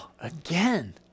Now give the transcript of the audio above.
again